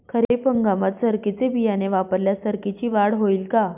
खरीप हंगामात सरकीचे बियाणे वापरल्यास सरकीची वाढ होईल का?